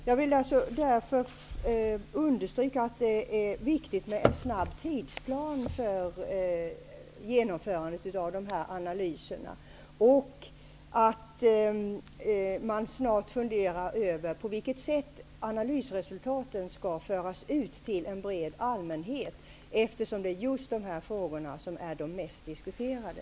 Jag vill alltså därför understryka att det är viktigt med en snabb tidsplan för genomförandet av de här analyserna, och att man snart funderar över på vilket sätt analysresultaten skall föras ut till en bred allmänhet, eftersom det är just de frågorna som är de mest diskuterade.